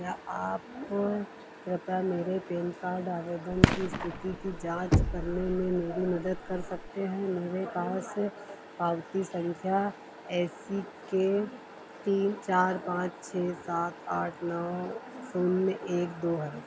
क्या आप कोई कृपया मेरे पैन कार्ड आवेदन की स्थिति की जांच करने में मेरी मदद कर सकते हैं मेरे पास पावती संख्या ए सी के तीन चार पाँच छः सात आठ नौ शून्य एक दो है